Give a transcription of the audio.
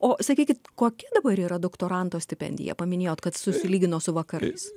o sakykit kokia dabar yra doktoranto stipendija paminėjot kad susilygino su vakarais